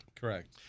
Correct